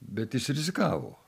bet jis rizikavo